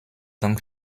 dank